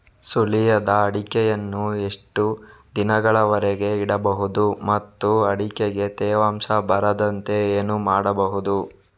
ಸುಲಿಯದ ಅಡಿಕೆಯನ್ನು ಎಷ್ಟು ದಿನಗಳವರೆಗೆ ಇಡಬಹುದು ಮತ್ತು ಅಡಿಕೆಗೆ ತೇವಾಂಶ ಬರದಂತೆ ಏನು ಮಾಡಬಹುದು?